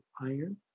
iron